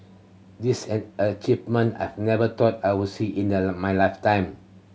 this an achievement I've never thought I would see in the my lifetime